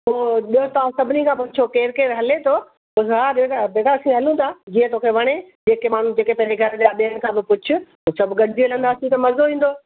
पो तां सभिनी खां पुछो केरु केरु हले थो हा बेटा असां हलूं था जीअं तोखे वणे जेके माण्हू जेके पंहिंजे घर जा ॿियनि खां बि पुछ पोइ सभु गॾजी हलंदासीं त मज़ो ईंदो